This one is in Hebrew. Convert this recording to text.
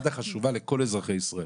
מד"א חשובה לכל אזרחי ישראל